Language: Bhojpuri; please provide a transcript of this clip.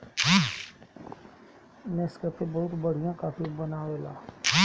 नेस्कैफे बहुते बढ़िया काफी बनावेला